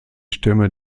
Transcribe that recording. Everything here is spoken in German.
stämme